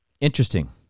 Interesting